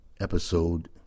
Episode